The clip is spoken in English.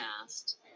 past